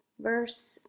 verse